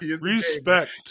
Respect